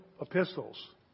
epistles